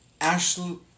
Ashley